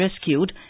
rescued